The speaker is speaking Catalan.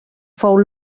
fou